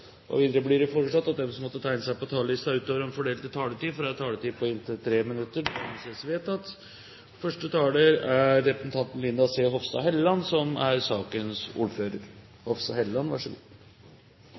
taletid. Videre blir det foreslått at de som måtte tegne seg på talerlisten utover den fordelte taletid, får en taletid på inntil 3 minutter. – Det anses vedtatt. Dette er ei sak som